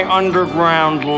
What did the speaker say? underground